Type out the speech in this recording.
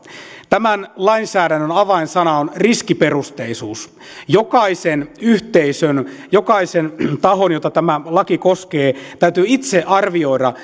tämän lainsäädännön avainsana on riskiperusteisuus jokaisen yhteisön jokaisen tahon jota tämä laki koskee täytyy itse arvioida